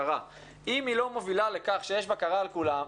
אם היא לא מובילה לכך שיש בקרה על כולם,